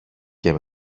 και